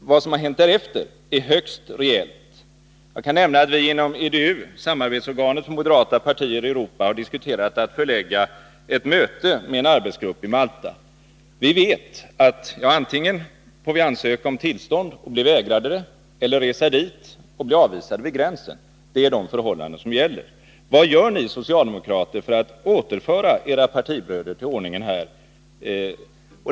Vad som har hänt därefter är högst reellt. Jag kan nämna att vi inom EDU, samarbetsorganet för moderata partier i Europa, har diskuterat att förlägga ett möte med en arbetsgrupp i Malta. Vi vet att vi får antingen söka tillstånd och bli vägrade eller resa dit och bli avvisade vid gränsen. Det är de förhållanden som gäller. Vad gör ni socialdemokrater för att återföra era partibröder till ordningen?